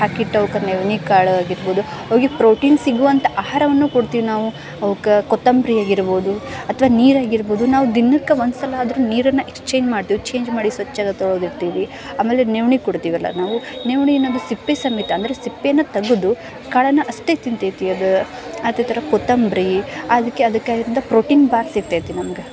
ಹಾಕಿಟ್ಟು ಅವ್ಕೆ ನವಣಿ ಕಾಳಾಗಿರ್ಬೋದು ಅವ್ಕೆ ಪ್ರೋಟಿನ್ ಸಿಗುವಂಥ ಆಹಾರವನ್ನು ಕೊಡ್ತೀವಿ ನಾವು ಅವುಕ್ಕೆ ಕೊತ್ತಂಬರಿ ಆಗಿರ್ಬೋದು ಅಥ್ವಾ ನೀರು ಆಗಿರ್ಬೋದು ನಾವು ದಿನಕ್ಕೆ ಒಂದು ಸಲ ಆದ್ರೂ ನೀರನ್ನು ಎಕ್ಸ್ಚೇಂಜ್ ಮಾಡ್ತೀವಿ ಎಕ್ಸ್ಚೇಂಜ್ ಮಾಡಿ ಸ್ವಚ್ಛತವಾಗಿ ಇಡ್ತೀವಿ ಆಮೇಲೆ ನವ್ಣೆ ಕೊಡ್ತೀವಲ್ಲ ನಾವು ನವ್ಣೆ ಅನ್ನೋದು ಸಿಪ್ಪೆ ಸಮೇತ ಅಂದರೆ ಸಿಪ್ಪೆಯನ್ನು ತೆಗ್ದು ಕಾಳನ್ನು ಅಷ್ಟೇ ತಿಂತೈತಿ ಅದು ಅದೇ ಥರ ಕೊತ್ತಂಬರಿ ಅದಕ್ಕೆ ಪ್ರೋಟಿನ್ ಬಾಕ್ಸ್ ಸಿಕ್ತೈತಿ ನಮ್ಗೆ